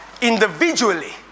individually